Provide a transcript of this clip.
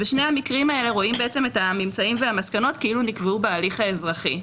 בשני המקרים רואים את הממצאים והמסקנות כאילו נקבעו בהליך אזרחי.